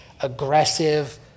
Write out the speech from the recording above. aggressive